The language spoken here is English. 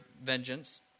vengeance